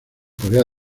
corea